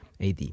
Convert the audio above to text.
AD